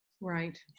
right